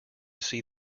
see